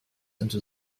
into